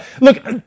Look